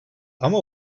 ama